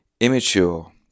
immature